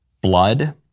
blood